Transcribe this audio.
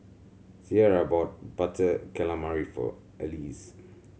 Cierra bought Butter Calamari for Alease